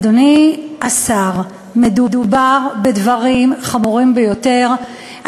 אדוני השר, מדובר בדברים חמורים ביותר.